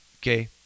Okay